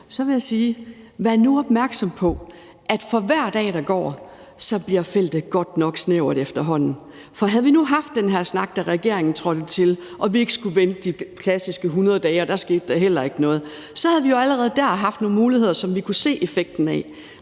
vil jeg sige: Vær nu opmærksom på, at for hver dag der går, bliver feltet efterhånden godt nok snævert. For havde vi nu haft den her snak, da regeringen trådte til, og vi ikke skulle vente de klassiske 100 dage, hvor der heller ikke skete noget, så havde vi jo allerede der haft nogle muligheder, som vi kunne se effekten af.